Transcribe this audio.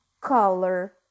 color